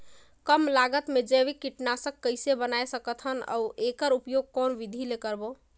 कम लागत मे जैविक कीटनाशक कइसे बनाय सकत हन अउ एकर उपयोग कौन विधि ले करबो?